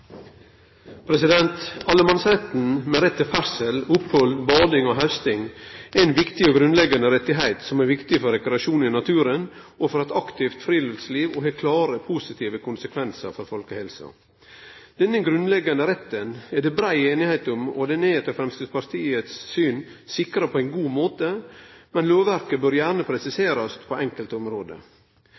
ein viktig og grunnleggjande rett som er viktig for rekreasjon i naturen, for eit aktivt friluftsliv, og har klare positive konsekvensar for folkehelsa. Denne grunnleggjande retten er det brei semje om, og den er etter Framstegspartiet sitt syn sikra på ein god måte, men lovverket bør gjerne bli presisert på enkelte område.